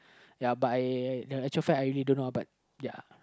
ya but I the truth I really don't know uh but ya